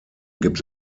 gibt